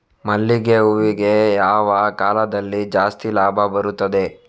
ಮಲ್ಲಿಗೆ ಹೂವಿಗೆ ಯಾವ ಕಾಲದಲ್ಲಿ ಜಾಸ್ತಿ ಲಾಭ ಬರುತ್ತದೆ?